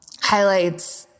highlights